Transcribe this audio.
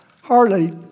Hardly